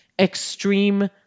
extreme